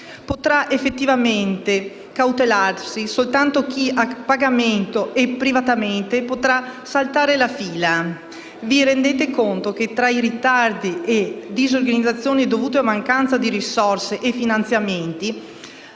Potrà effettivamente cautelarsi soltanto chi, a pagamento e privatamente, potrà saltare la fila. Vi rendete conto che tra ritardi e disorganizzazione dovuti a mancanza di risorse e finanziamenti,